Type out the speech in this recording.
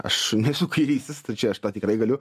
aš nesu kairysis tai čia aš tikrai galiu